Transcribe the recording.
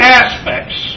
aspects